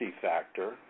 factor